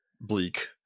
bleak